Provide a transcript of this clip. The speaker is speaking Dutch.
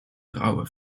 rauwe